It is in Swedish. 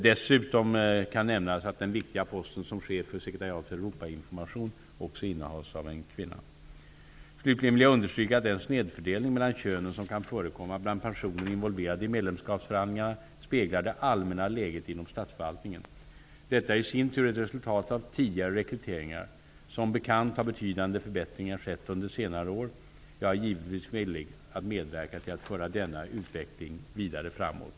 Dessutom kan nämnas att den viktiga posten som chef för sekretariatet för Europainformation också innehas av en kvinna. Slutligen vill jag understryka att den snedfördelning mellan könen som kan förekomma bland personer involverade i medlemskapsförhandlingarna speglar det allmänna läget inom statsförvaltningen. Detta är i sin tur ett resultat av tidigare rekryteringar. Som bekant har betydande förbättringar skett under senare år. Jag är givetvis villig att medverka till att föra denna utveckling vidare framåt.